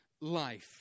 life